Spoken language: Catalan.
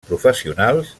professionals